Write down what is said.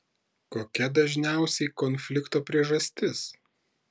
kokia dažniausiai konflikto priežastis